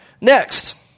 Next